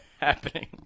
happening